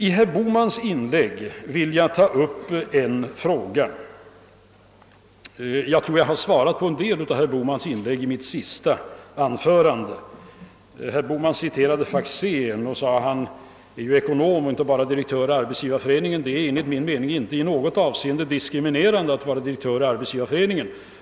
I herr Bohmans inlägg vill jag bara ta upp en fråga — jag tror att jag har svarat på en del av herr Bohmans inlägg i mitt föregående anförande. Herr Bohman citerade docent Faxén och påpekade att denne inte bara är direktör i Arbetsgivareföreningen utan också ekonom. Det är enligt min mening inte något diskriminerande i att vara direktör i Arbetsgivareföreningen.